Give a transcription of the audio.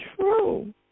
true